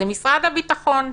זה משרד הביטחון.